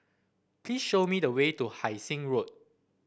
please show me the way to Hai Sing Road